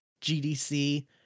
GDC